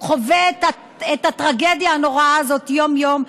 חווה את הטרגדיה הנוראה הזאת יום-יום,